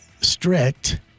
strict